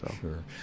Sure